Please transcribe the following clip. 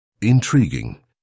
Intriguing